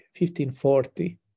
1540